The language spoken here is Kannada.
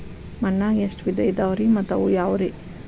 ಮಣ್ಣಾಗ ಎಷ್ಟ ವಿಧ ಇದಾವ್ರಿ ಮತ್ತ ಅವು ಯಾವ್ರೇ?